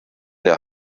der